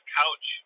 couch